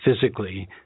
physically